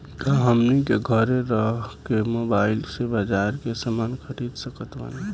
का हमनी के घेरे रह के मोब्बाइल से बाजार के समान खरीद सकत बनी?